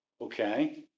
Okay